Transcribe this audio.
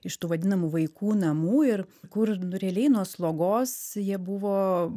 iš tų vadinamų vaikų namų ir kur nu realiai nuo slogos jie buvo